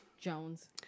Jones